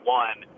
one